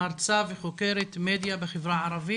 מרצה וחוקרת מדיה בחברה הערבית.